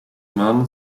mann